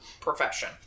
profession